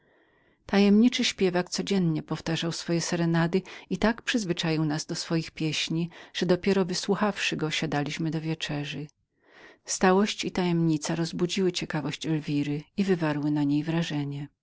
tajemniczy śpiewak codziennie powtarzał swoje serenady i tak przyzwyczaił nas do swoich pieśni że dopiero wysłuchawszy go siadaliśmy do wieczerzy stałość ta i tajemnica rozbudziły ciekawość elwiry i wywarły na nią wrażenie